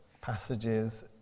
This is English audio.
passages